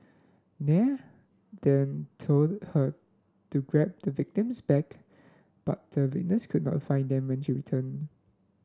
Nair then told her to grab the victim's bag but the witness could not find them when she returned